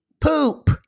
poop